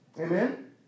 Amen